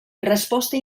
resposta